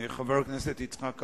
חבר הכנסת יצחק אהרונוביץ,